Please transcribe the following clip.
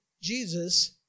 Jesus